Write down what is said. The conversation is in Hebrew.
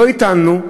לא הטלנו.